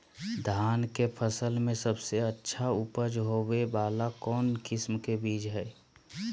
धान के फसल में सबसे अच्छा उपज होबे वाला कौन किस्म के बीज हय?